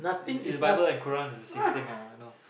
is is Bible and Quran is the same thing lah I know